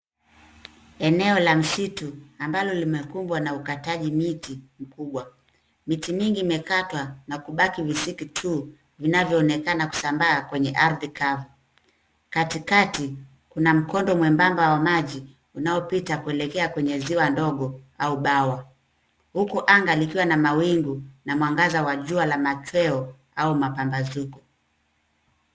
Eneo la msitu ambalo limekumbwa na ukataji miti mkubwa. Miti mingi imekatwa na kubaki visiki tu vinavyonekana kusambaa kwenye ardhi kavu. Katikati kuna mkondo mwembamba wa maji unaopita kuelekea kwenye ziwa ndogo au bawa. Huku anga likiwa na mawingu na mwangaza wa jua la machweo au mapambazuko.